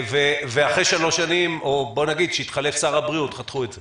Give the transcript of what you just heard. וכאשר התחלף שר הבריאות חתכו את זה.